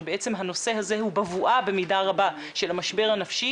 שבעצם הנושא הזה הוא בבואה במידה רבה של המשבר הנפשי